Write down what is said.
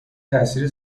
تاثیر